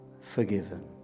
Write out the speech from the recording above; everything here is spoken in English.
forgiven